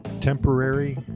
Temporary